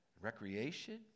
recreation